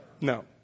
No